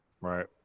right